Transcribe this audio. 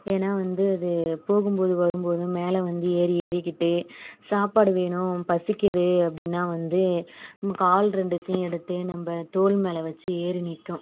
ஏன்னால் வந்து அது போகும்போது வரும்போது மேலே வந்து ஏறி ஏறிக்கிட்டு சாப்பாடு வேணும் பசிக்குது அப்படின்னா வந்து கால் ரெண்டுத்தையும் எடுத்து நம்ம தோல் மேலே வச்சு ஏறி நிற்கும்